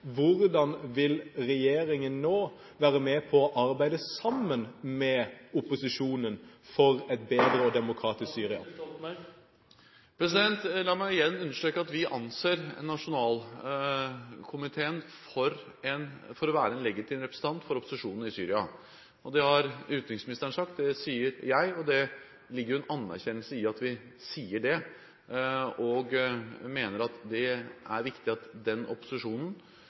Hvordan vil regjeringen nå være med på å arbeide sammen med opposisjonen for et bedre og demokratisk Syria? La meg igjen understreke at vi anser den nasjonale koalisjonen for å være en legitim representant for opposisjonen i Syria. Det har utenriksministeren sagt, det sier jeg, og det ligger en anerkjennelse i at vi sier det, og vi mener at det er viktig at den opposisjonen